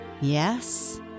yes